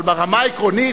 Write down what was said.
אבל ברמה העקרונית,